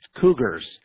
Cougars